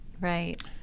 right